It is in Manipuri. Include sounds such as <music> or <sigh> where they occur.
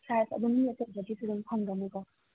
ꯁꯥꯏꯖ ꯑꯗꯨꯝ <unintelligible> ꯐꯪꯒꯅꯤꯀꯣ